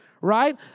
right